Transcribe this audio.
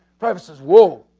privates says, whoa.